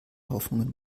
hoffnungen